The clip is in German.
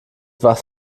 was